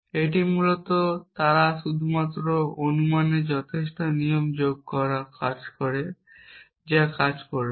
এটি মূলত তারা শুধুমাত্র অনুমানের যথেষ্ট নিয়ম যোগ করে যা কাজ করবে